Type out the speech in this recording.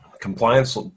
compliance